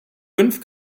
fünf